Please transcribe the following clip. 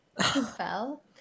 fell